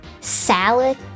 Salad